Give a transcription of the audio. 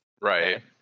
Right